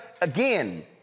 again